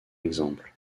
exemple